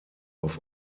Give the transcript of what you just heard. auf